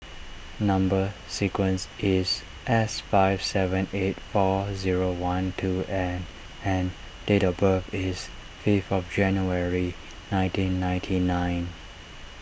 Number Sequence is S five seven eight four zero one two N and date of birth is fifth of January nineteen ninety nine